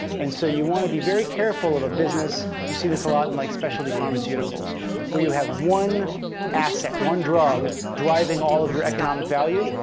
and so you want to be very careful of a business you see this a lot in like specialty pharmaceuticals where you have one asset, one drug driving all of your economic value.